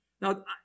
Now